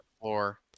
floor